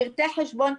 פרטי חשבון,